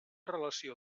relació